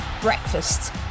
Breakfast